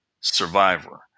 survivor